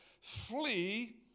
flee